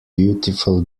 beautiful